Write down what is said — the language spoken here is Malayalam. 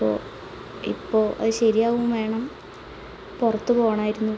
അപ്പോൾ ഇപ്പോൾ അത് ശെരിയാകുകയും വേണം പുറത്ത് പോകണമായിരുന്നു